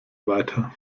weiter